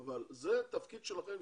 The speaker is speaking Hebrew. אבל זה תפקיד שלכם,